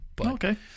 Okay